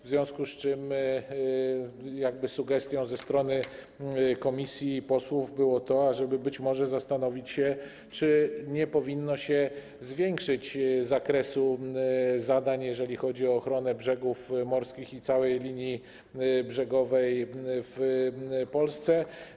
W związku z czym sugestią ze strony komisji, posłów było to, ażeby być może zastanowić się, czy nie powinno się zwiększyć zakresu zadań, jeżeli chodzi o ochronę brzegów morskich i całej linii brzegowej w Polsce.